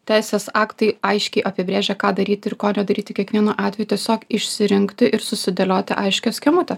teisės aktai aiškiai apibrėžia ką daryti ir ko nedaryti kiekvienu atveju tiesiog išsirinkti ir susidėlioti aiškią schemutę